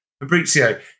Fabrizio